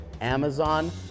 Amazon